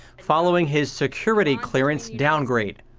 following his security clearance downgrade.